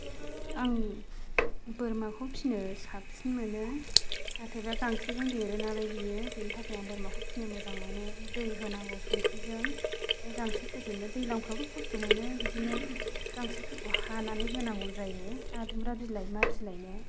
आं बोरमाखौ फिसिनो साबसिन मोनो नाथायबा गांसोजों देरो नालाय बेयो बेनि थाखाय आं बोरमाखौ फिसिनो मोजां मोनो दै होनांगौ संख्रिजों गांसोफोरजोंनो दैज्लांफोरावबो खस्त' मोनो बिदिनो गांसोफोरखौ हानानै होनांगौ जायो आरो जुम्ब्रा बिलाइ मा बिलाइनो